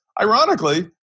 ironically